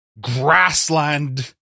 grassland